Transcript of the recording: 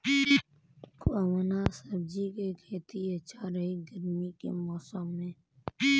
कवना सब्जी के खेती अच्छा रही गर्मी के मौसम में?